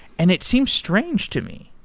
and it seems strange to me.